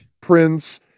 Prince